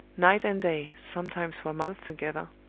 night and day, sometimes for months together,